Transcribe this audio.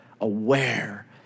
aware